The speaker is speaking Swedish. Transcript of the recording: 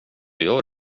gör